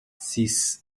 six